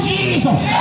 Jesus